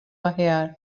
aħjar